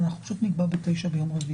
יכול להיות שהמחוקק צריך לקבוע כהונה מקסימלית,